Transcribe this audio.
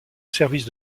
service